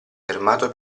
fermato